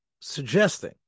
suggesting